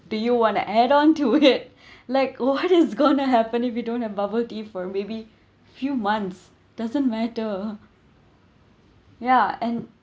do you want to add on to it like what is gonna happen if we don't have bubble tea for maybe few months doesn't matter ya and